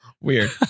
Weird